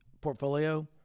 portfolio